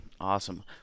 Awesome